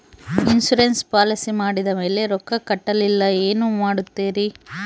Insurance policy ಮಾಡಿದ ಮೇಲೆ ರೊಕ್ಕ ಕಟ್ಟಲಿಲ್ಲ ಏನು ಮಾಡುತ್ತೇರಿ?